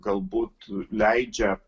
galbūt leidžia